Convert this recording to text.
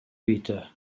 vita